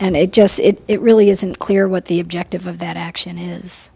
and it just it really isn't clear what the objective of that action